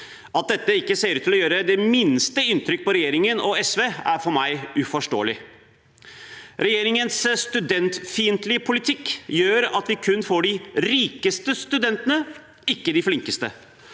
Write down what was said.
At dette ikke ser ut til å gjøre det minste inntrykk på regjeringen og SV, er for meg uforståelig. Regjeringens studentfiendtlige politikk gjør at vi kun får de rikeste studentene, ikke de flinkeste.